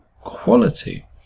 quality